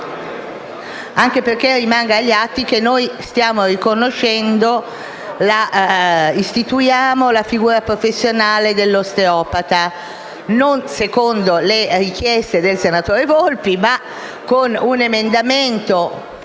che rimanga agli atti che noi istituiamo la figura professionale dell'osteopata, non secondo le richieste del senatore Volpi, ma con un emendamento,